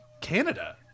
Canada